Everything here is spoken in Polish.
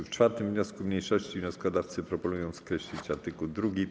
W 4. wniosku mniejszości wnioskodawcy proponują skreślić art. 2.